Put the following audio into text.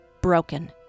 Broken